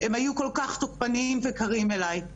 הם היו כל כך תוקפניים וקרים אליי,